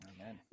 Amen